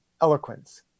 eloquence